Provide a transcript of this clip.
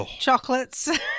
chocolates